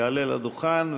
יעלה לדוכן,